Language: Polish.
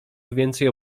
więcej